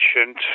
ancient